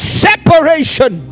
separation